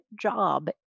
job